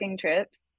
trips